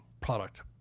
product